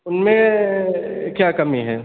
उसमें क्या कमी है